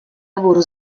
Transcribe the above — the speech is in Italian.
lavoro